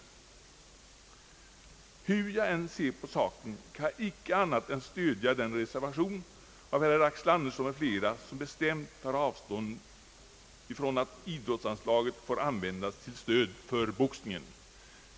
Hur jag än ser på saken, kan jag icke annat än stödja den reservation av herr Axel Andersson m.fl., som bestämt tar avstånd ifrån att del av idrottsanslagen får användas till stöd för boxningen.